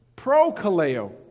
Pro-kaleo